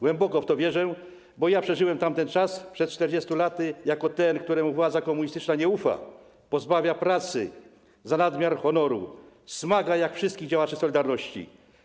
Głęboko w to wierzę, bo przeżyłem tamten czas przed 40 laty jako ten, któremu władza komunistyczna nie ufa, którego pozbawia pracy za nadmiar honoru, którego smaga jak wszystkich działaczy „Solidarności”